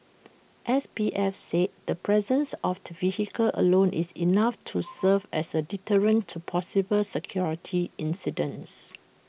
S P F said the presence of the vehicle alone is enough to serve as A deterrent to possible security incidents